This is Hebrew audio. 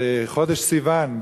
בחודש סיוון,